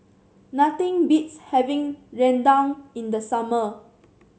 nothing beats having rendang in the summer